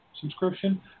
subscription